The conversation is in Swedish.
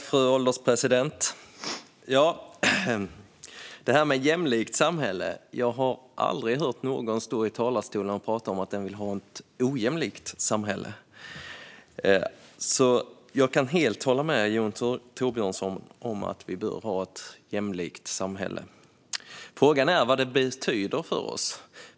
Fru ålderspresident! När det gäller detta med ett jämlikt samhälle: Jag har aldrig hört någon stå i talarstolen och tala om att den vill ha ett ojämlikt samhälle. Jag kan alltså helt hålla med Jon Thorbjörnson om att vi bör ha ett jämlikt samhälle. Frågan är vad det betyder för oss.